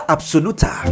Absoluta